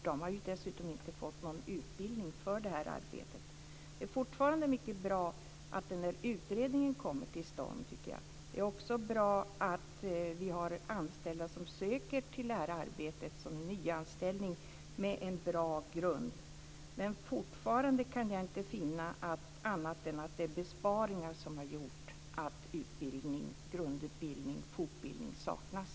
De har dessutom inte fått någon utbildning för detta arbete. Det är fortfarande mycket bra att utredningen kommer till stånd, tycker jag. Det är också bra att vi har anställda med en bra grund som söker detta arbete och nyanställs. Men fortfarande kan jag inte finna annat än att det är besparingar som har gjort att grundutbildning och fortbildning saknas.